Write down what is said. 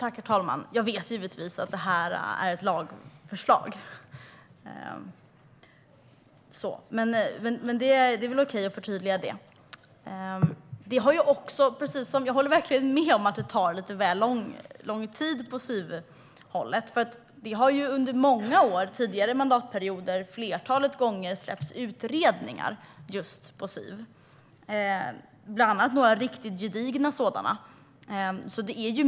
Herr talman! Jag vet givetvis att det är ett lagförslag, men det är väl okej att förtydliga. Jag håller verkligen med om att det tar lång tid på SYV-hållet. Under tidigare mandatperioder har ett flertal utredningar släppts om just SYV, bland annat några riktigt gedigna sådana.